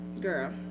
girl